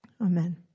Amen